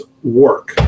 Work